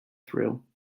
thrill